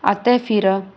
ਅਤੇ ਫਿਰ